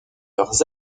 leurs